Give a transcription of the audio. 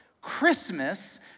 Christmas